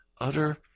utter